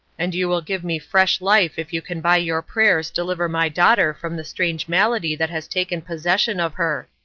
and you will give me fresh life if you can by your prayers deliver my daughter from the strange malady that has taken possession of her.